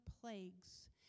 plagues